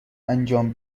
انجام